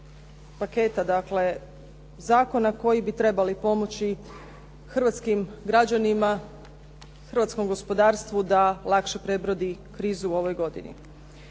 paketa dakle zakona koji bi trebali pomoći hrvatskim građanima, hrvatskom gospodarstvu da lakše prebrodi krizu u ovoj godini.